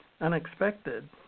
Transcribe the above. unexpected